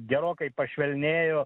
gerokai pašvelnėjo